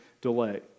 delay